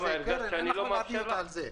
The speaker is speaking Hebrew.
אין לך בלעדיות על זה.